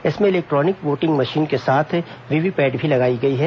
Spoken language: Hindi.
इसमें इलेक्ट्रॉनिक वोटिंग मशीन के साथ वीवीपैट भी लगाई गई है